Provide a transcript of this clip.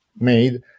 made